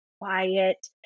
quiet